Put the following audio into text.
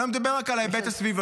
אני לא מדבר רק על ההיבט הסביבתי,